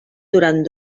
durant